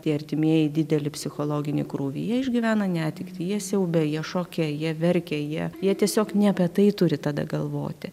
tie artimieji didelį psichologinį krūvį jie išgyvena netektį jie siaube jie šoke jie verkia jie jie tiesiog ne apie tai turi tada galvoti